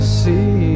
see